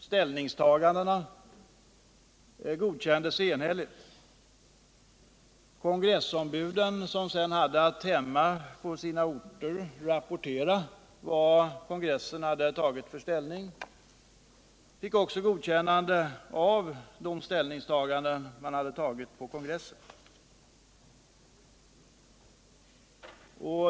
Ställningstagandena godkändes enhälligt. Kongressombuden, som sedan hade att på sina hemorter rapportera, fick också godkännande för de ställningstaganden man hade gjort på kongressen.